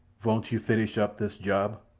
von't you finish up this job?